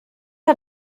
hat